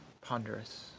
ponderous